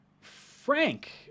Frank